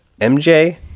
MJ